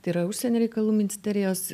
tai yra užsienio reikalų ministerijos